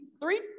three